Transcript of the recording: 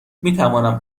میتوانم